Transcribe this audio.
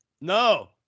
No